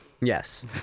Yes